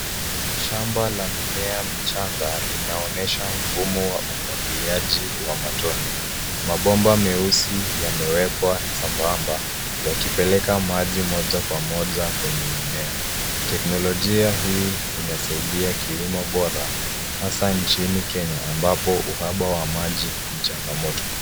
Shamba la mimea michanga, linaonyesha mfumo wa umwagiliaji wa matone. Mabomba meusi yamewekwa sambamba, yakipeleka maji moja kwa moja kwenye mimea. Teknolojia hii inasaidia kilimo bora, hasa , nchini Kenya, ambapo uhaba wa maji ni changamoto.